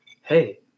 hey